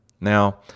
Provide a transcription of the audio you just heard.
Now